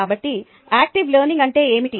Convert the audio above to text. కాబట్టి active learning అంటే ఏమిటి